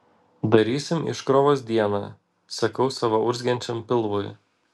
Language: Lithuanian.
darysim iškrovos dieną sakau savo urzgiančiam pilvui